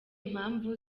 mpamvu